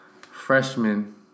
freshman